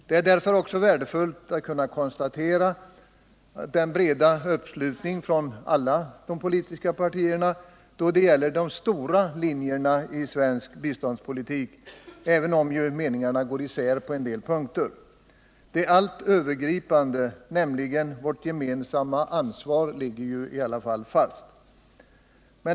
Det är därför också värdefullt att kunna konstatera den breda uppslutningen från alla de politiska partierna då det gäller de stora linjerna i svensk biståndspolitik, även om meningarna går isär på en del punkter. Det allt övergripande, nämligen vårt gemensamma ansvar, ligger i alla fall fast.